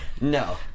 No